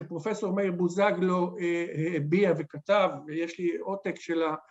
‫פרופ' מאיר בוזגלו הביע וכתב, ‫ויש לי עותק של ה...